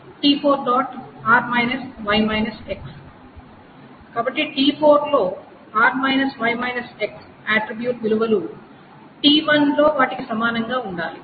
కాబట్టి t4 లో R Y X attribute విలువలు t1 లో వాటికి సమానంగా ఉండాలి